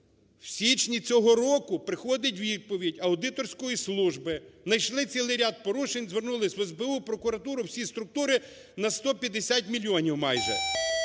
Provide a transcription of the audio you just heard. В січні цього року приходить відповідь аудиторської служби: найшли цілий ряд порушень, звернулись в СБУ, прокуратуру, всі структури – на 150 мільйонів майже.